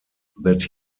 that